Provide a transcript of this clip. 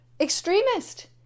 extremist